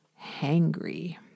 hangry